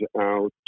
out